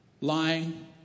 lying